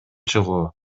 чыгуу